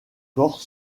corps